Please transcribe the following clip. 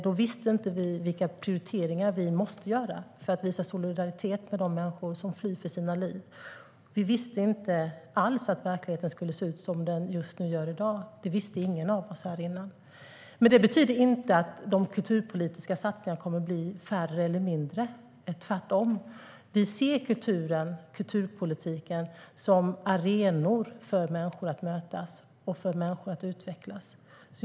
Då visste vi inte vilka prioriteringar vi måste göra för att visa solidaritet med de människor som flyr för sina liv. Vi visste inte alls att verkligheten skulle se ut som den gör i dag. Det visste ingen av oss här inne. Det betyder dock inte att de kulturpolitiska satsningarna kommer att bli mindre, tvärtom. Vi ser kulturen och kulturpolitiken som arenor där människor kan mötas och utvecklas.